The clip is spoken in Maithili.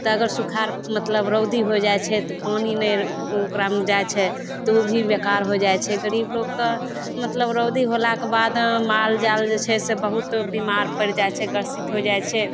तऽ अगर सुखार मतलब रौदी हो जाइ छै तऽ पानि नहि ओकरामे जाइ छै तऽ ओ भी बेकार हो जाइ छै गरीब लोकके मतलब रौदी होलाक बाद माल जाल जे छै से बहुत बीमार पड़ि जाइ छै ग्रसित होइ जाइ छै